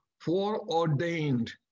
foreordained